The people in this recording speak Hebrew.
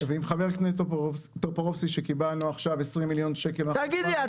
ועם חבר הכנסת טופורובסקי שקיבלנו עכשיו 20 מיליון שקל --- תגיד לי,